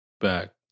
back